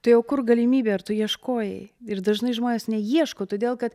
tai o kur galimybė ar tu ieškojai ir dažnai žmonės neieško todėl kad